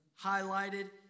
highlighted